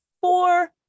four